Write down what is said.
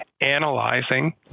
analyzing